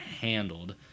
handled